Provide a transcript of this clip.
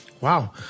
wow